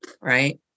right